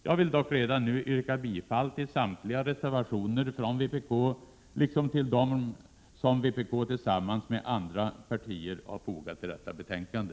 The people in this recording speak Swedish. Jag vill dock redan nu yrka bifall till samtliga reservationer från vpk liksom till dem som vpk tillsammans med andra partier har fogat till detta betänkande.